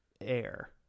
air